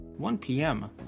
1PM